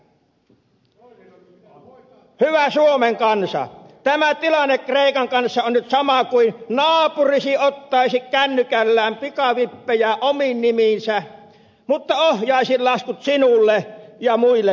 hyvä suomen kansa tämä tilanne kreikan kanssa on nyt sama kuin naapurisi ottaisi kännykällään pikavippejä omiin nimiinsä mutta ohjaisi laskut sinulle ja muille naapureilleen